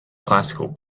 classical